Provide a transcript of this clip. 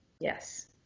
yes